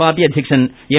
party അധ്യക്ഷൻ M